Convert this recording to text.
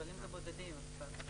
אבל אם זה בודדים, אז בסדר.